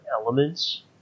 elements